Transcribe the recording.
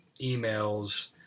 emails